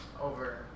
over